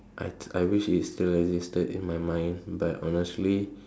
I I wish it's still registered in my mind but honestly